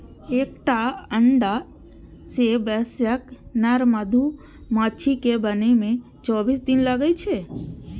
एकटा अंडा सं वयस्क नर मधुमाछी कें बनै मे चौबीस दिन लागै छै